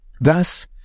Thus